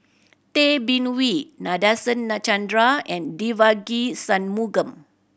Tay Bin Wee Nadasen Chandra and Devagi Sanmugam